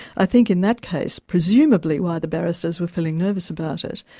i think in that case presumably why the barristers were feeling nervous about it,